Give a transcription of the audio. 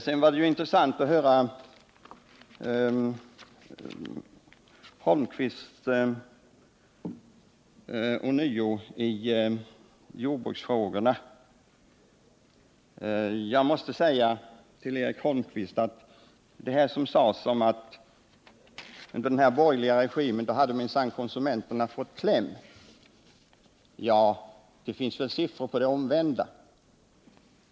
Sedan var det intressant att höra Eric Holmqvist ånyo tala i jordbruksfrågor. Jag måste säga som svar på hans tal om att konsumenterna under den borgerliga regimen hade kommit i kläm att i det avseendet var det nog värre när socialdemokraterna regerade.